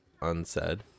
unsaid